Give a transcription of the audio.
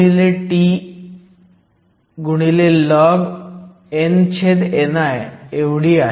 इथे n म्हणजेच ND आहे